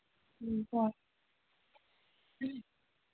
ꯎꯝ ꯍꯣꯏ